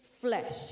flesh